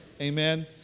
Amen